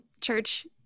Church